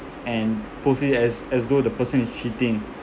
and post it as as though the person is cheating